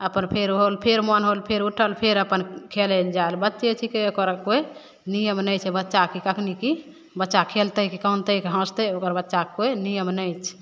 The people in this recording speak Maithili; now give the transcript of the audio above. अपन फेर होल फेर मोन होल फेर उठल फेर अपन खेलै ले जाएले बच्चे छिकै ओकर कोइ नियम नहि छै बच्चाके कि कखनी कि बच्चा खेलतै कि कानतै कि हँसतै ओकर बच्चाके कोइ नियम नहि छै